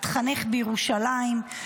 התחנך בירושלים,